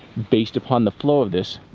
based upon the flow of this,